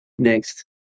next